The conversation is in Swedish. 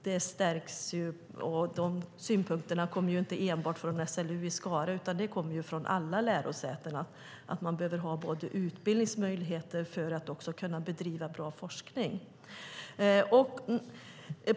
Dessa synpunkter kommer inte enbart från SLU utan från alla lärosäten. Man behöver ha utbildningsmöjligheter för att kunna bedriva bra forskning.